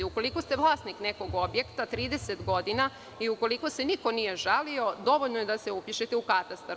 Ukoliko ste vlasnik nekog objekta 30 godina i ukoliko se niko nije žalio, dovoljno je da se upišete u katastar.